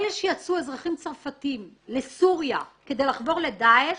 האזרחים הצרפתים שיצאו לסוריה כדי לחבור לדעא"ש